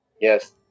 yes